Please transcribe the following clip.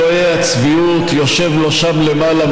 אלוהי הצביעות יושב לו שם למעלה,